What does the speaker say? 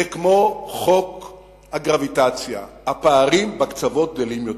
זה כמו חוק הגרביטציה, הפערים בקצוות גדלים יותר.